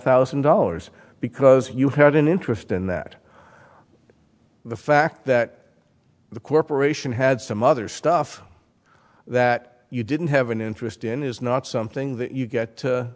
thousand dollars because you had an interest in that the fact that the corporation had some other stuff that you didn't have an interest in is not something that you get to